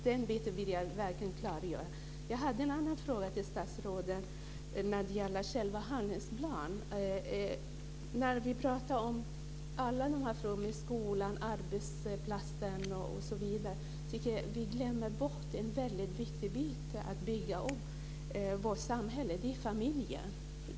Den biten vill jag verkligen klargöra. Jag har en annan fråga till statsrådet när det gäller själva handlingsplanen. När vi pratar om alla de här frågorna i skolan, arbetsplatsen osv. glömmer vi bort en väldigt viktig bit för att bygga upp vårt samhälle, och det är familjen.